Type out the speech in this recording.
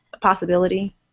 possibility